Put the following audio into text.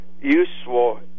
useful